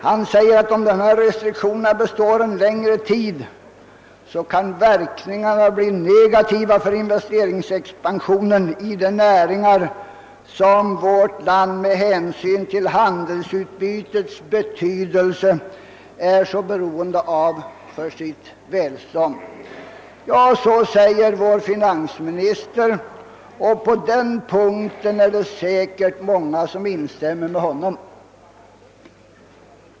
Han säger att om dessa restriktioner består en längre tid kan verkningarna bli negativa för investeringsexpansionen i de näringar som vårt land med hänsyn till handelsutbytets betydelse är så beroende av för sitt välstånd. Och på den punkten är det säkerligen många som instämmer med vår finansminister.